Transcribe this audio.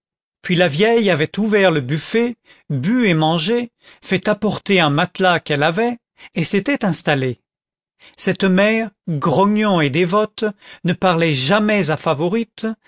puis la vieille avait ouvert le buffet bu et mangé fait apporter un matelas qu'elle avait et s'était installée cette mère grognon et dévote ne parlait jamais à favourite